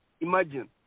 Imagine